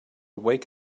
wake